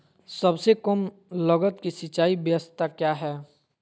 सबसे कम लगत की सिंचाई ब्यास्ता क्या है?